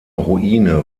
ruine